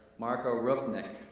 marko rupnik,